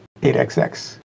8xx